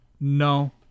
no